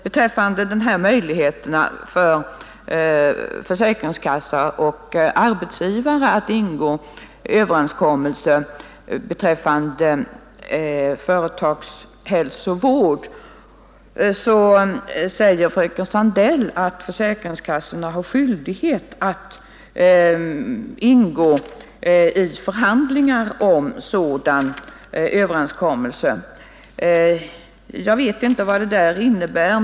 Beträffande möjligheterna för försäkringskassa och arbetsgivare att träffa överenskommelse öm företagshälsovård säger fröken Sandell, att försäkringskassorna har skyldighet att ingå i förhandlingar om sådan överenskommelse. Jag vet inte vad det innebär.